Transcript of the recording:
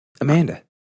Amanda